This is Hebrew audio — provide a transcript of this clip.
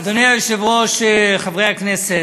אדוני היושב-ראש, חברי הכנסת,